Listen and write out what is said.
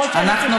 למרות שאני צריכה,